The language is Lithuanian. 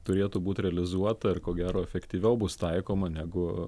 turėtų būt realizuota ir ko gero efektyviau bus taikoma negu